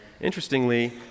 interestingly